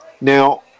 Now